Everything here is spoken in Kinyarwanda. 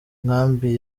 nkambi